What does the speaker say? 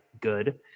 good